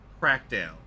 Crackdown